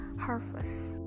harvest